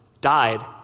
died